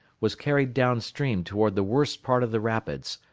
was carried down-stream toward the worst part of the rapids,